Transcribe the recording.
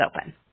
open